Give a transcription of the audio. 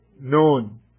known